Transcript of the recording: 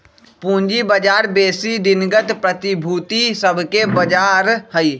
पूजी बजार बेशी दिनगत प्रतिभूति सभके बजार हइ